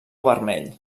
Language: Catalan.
vermell